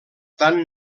tant